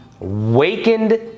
Awakened